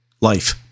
life